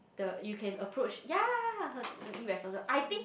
the you can approach ya ya ya her irresponsible I think